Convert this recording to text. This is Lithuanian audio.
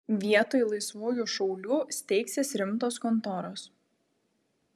vietoj laisvųjų šaulių steigsis rimtos kontoros